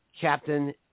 Captain